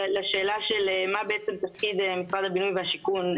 לשאלה של מה בעצם תפקיד משרד הבינוי והשיכון.